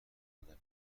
بودم